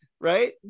right